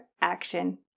Action